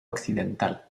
occidental